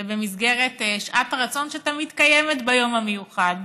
ובמסגרת שעת הרצון, שתמיד קיימת ביום המיוחד,